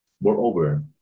Moreover